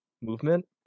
movement